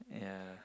yeah